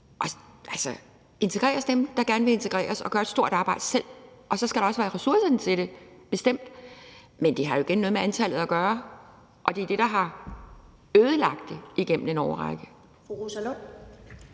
sådan, det er. Lad dem, der gerne vil integreres og gør et stort arbejde selv, blive integreret, og så skal der også være ressourcerne til det, bestemt, men det har jo igen noget med antallet at gøre, og det er det, der har ødelagt det igennem en årrække.